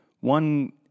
One